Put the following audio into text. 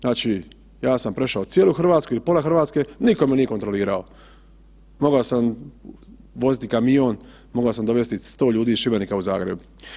Znači ja sam prešao cijelu Hrvatsku ili pola Hrvatske, nitko me nije kontrolirao, mogao sam voziti kamion, mogao sam dovesti 100 ljudi iz Šibenika u Zagreb.